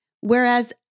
Whereas